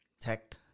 tech